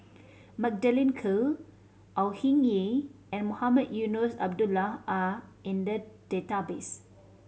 Magdalene Khoo Au Hing Yee and Mohamed Eunos Abdullah are in the database